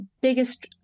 biggest